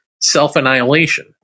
self-annihilation